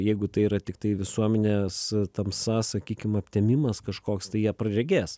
jeigu tai yra tiktai visuomenės tamsa sakykim aptemimas kažkoks tai jie praregės